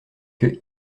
que